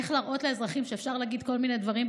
איך להראות לאזרחים שאפשר להגיד כל מיני דברים,